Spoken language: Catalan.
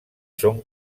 són